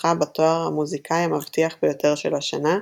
זכה בתואר "המוזיקאי המבטיח ביותר של השנה",